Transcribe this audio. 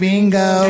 Bingo